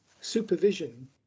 supervision